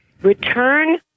Return